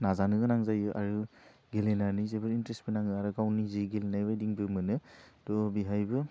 नाजानो गोनां जायो आरो गेलेनानै जोबोर इन्टारेस्थबो नाङो आरो गाव निजियै गेलेनाय बायदिबो मोनो थह बेहायबो